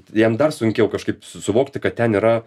jam dar sunkiau kažkaip suvokti kad ten yra